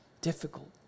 difficult